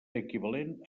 equivalent